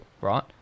right